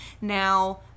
Now